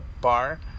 bar